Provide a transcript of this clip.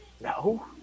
No